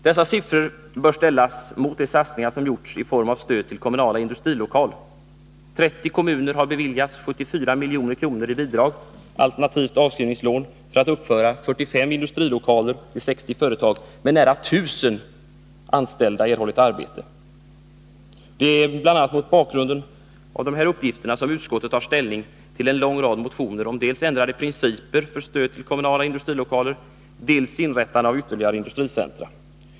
Dessa siffror bör ställas mot de satsningar som gjorts i form av stöd til kommunala industrilokaler. 30 kommuner har av staten beviljats 74 milj.kr. i bidrag alternativt avskrivningslån för att uppföra 45 industrilokaler till 60 företag där nära 1 000 anställda har erhållit arbete. Det är bl.a. mot bakgrund av dessa uppgifter som utskottet tar ställning till en lång rad motioner om dels ändrade principer för stöd till kommunala industrilokaler, dels inrättande av ytterligare industricentra.